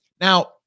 Now